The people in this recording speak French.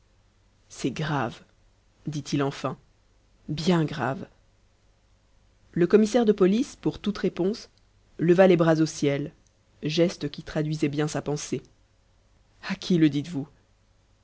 c'est grave dit-il enfin bien grave le commissaire de police pour toute réponse leva les bras au ciel geste qui traduisait bien sa pensée à qui le dites-vous